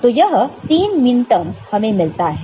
तो यह तीन मिनटर्मस हमें मिलता है